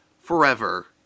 forever